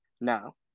No